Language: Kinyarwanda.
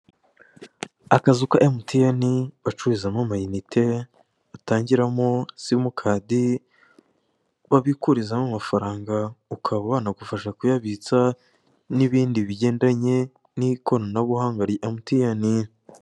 Akazu ka MTN bacururizamo ama inite batangiramo simukadi babikurizamo amafaranga ukaba banagufasha kuyabitsa n'ibindi byose bigendanye n'ikoranabuhanga rya MTN.